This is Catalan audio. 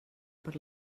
per